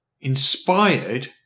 inspired